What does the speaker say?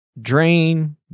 drain